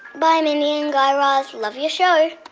bye, mindy and guy raz. love your show